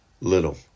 little